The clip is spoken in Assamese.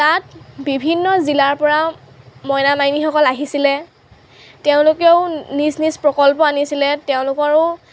তাত বিভিন্ন জিলাৰ পৰা মইনা মাইনীসকল আহিছিলে তেওঁলোকেও নিজ নিজ প্ৰকল্প আনিছিলে তেওঁলোকৰো